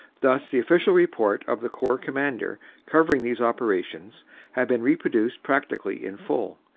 thus the official report of the corps commander covering these operations has been reproduced practically in full,